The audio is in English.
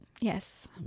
Yes